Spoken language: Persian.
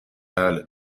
بله